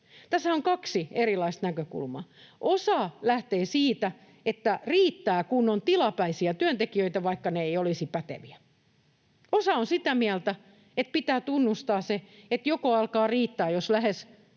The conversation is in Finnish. Tässähän on kaksi erilaista näkökulmaa: Osa lähtee siitä, että riittää, kun on tilapäisiä työntekijöitä, vaikka ne eivät olisi päteviä. Osa on sitä mieltä, että pitää tunnustaa se, että joko alkaa riittää, jos lähes